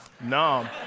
No